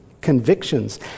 convictions